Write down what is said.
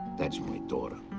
that's my daughter.